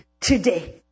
today